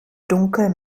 dunkel